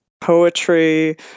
poetry